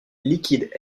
liquide